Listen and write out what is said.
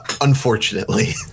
Unfortunately